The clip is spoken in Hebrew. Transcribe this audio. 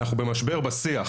אנחנו נמצאים במשבר בשיח.